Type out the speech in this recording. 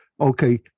okay